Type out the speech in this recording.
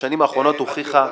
בשנים האחרונות הוכיחה,